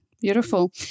beautiful